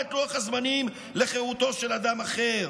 את לוח הזמנים לחירותו של אדם אחר,